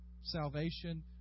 salvation